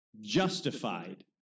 justified